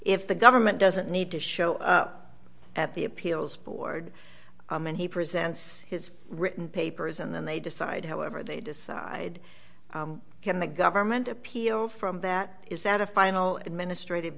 if the government doesn't need to show up at the appeals board and he presents his written papers and then they decide however they decide can the government appeal from that is that a final administrative